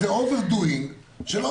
זה over doing שלא כל כך מקובל.